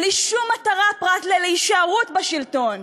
בלי שום מטרה פרט להישארות בשלטון.